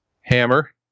Hammer